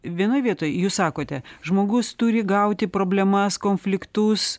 vienoj vietoj jūs sakote žmogus turi gauti problemas konfliktus